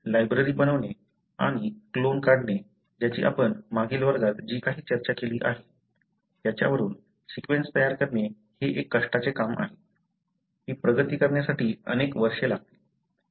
library बनवणे आणि clone काढणे ज्याची आपण मागील वर्गात जी काही चर्चा केली आहे त्याच्यावरून सीक्वेन्स तयार करणे हे एक कष्टाचे काम आहे ही प्रगती करण्यासाठी अनेक वर्षे लागतील